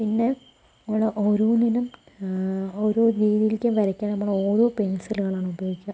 പിന്നെ നമ്മള് ഓരോന്നിനും ഓരോ രീതീയിലേക്കും വരയ്ക്കാൻ നമ്മള് ഓരോ പെൻസിലുകളാണ് ഉപയോഗിക്കുക